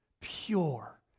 Pure